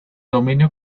dominio